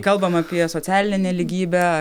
kalbam apie socialinę nelygybę